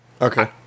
Okay